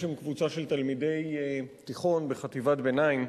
עם קבוצה של תלמידי תיכון בחטיבת-ביניים,